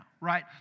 right